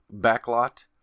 Backlot